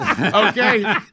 Okay